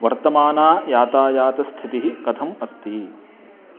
वर्तमाना यातायातस्थितिः कथम् अस्ति